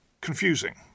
confusing